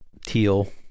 teal